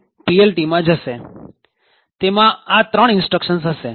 તેમાં આ ત્રણ instructions હશે